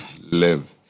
live